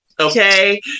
Okay